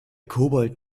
kobold